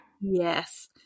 Yes